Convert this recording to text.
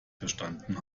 verstanden